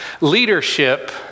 Leadership